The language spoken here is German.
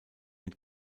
mit